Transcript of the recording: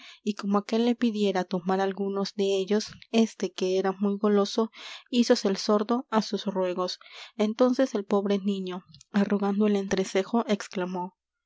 selectos y como aquél le pidiera tomar algunos de ellos éste que era muy goloso hízose el sordo á sus ruegos entonces el pobre n i ñ o arrugando el entrecejo exclamó